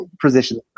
position